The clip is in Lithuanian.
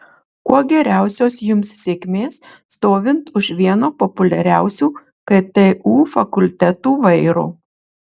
kuo geriausios jums sėkmės stovint už vieno populiariausių ktu fakultetų vairo